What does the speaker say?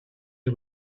des